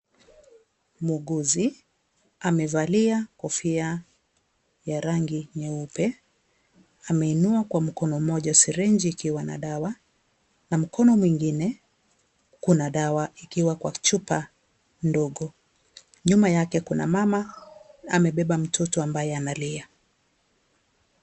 Muuguzi amevalia kofia ya rangi nyeupe. Ameinua kwa mkono mmoja sirenji iliyo na dawa na mkono mwingine kuna dawa iliyo kwa chupa ndogo nyuma yake kuna mama amebeba mtoto ambaye analia.